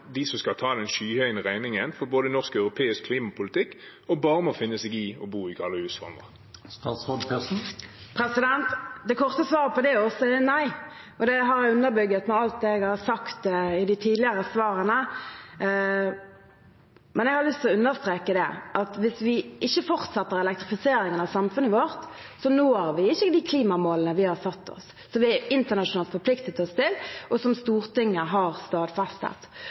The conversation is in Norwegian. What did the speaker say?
de som skal ta den skyhøye regningen for både norsk og europeisk klimapolitikk, og bare må finne seg i å bo i kalde hus framover? Det korte svaret også på det er nei, og det har jeg underbygd med alt jeg har sagt i de tidligere svarene. Men jeg har lyst til å understreke at hvis vi ikke fortsetter elektrifiseringen av samfunnet vårt, når vi ikke de klimamålene vi har satt oss som vi internasjonalt har forpliktet oss til, og som Stortinget har